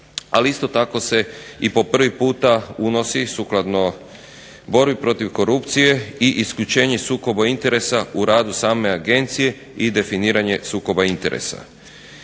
ali isto tako se i po prvi puta unosi sukladno borbi protiv korupcije i isključenje sukoba interesa u radu same agencije i definiranje sukoba interesa.